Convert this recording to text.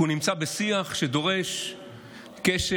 כי הוא נמצא בשיח שדורש קשב,